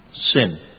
Sin